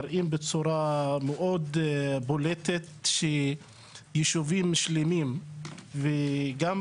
שמראים בצורה מאוד בולטת שישובים שלמים סובלים מרמת